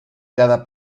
cada